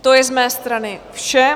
To je z mé strany vše.